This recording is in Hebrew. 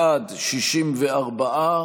בעד, 64,